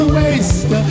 waste